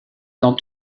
dans